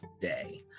day